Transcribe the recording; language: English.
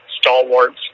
stalwarts